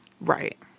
Right